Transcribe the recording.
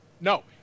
No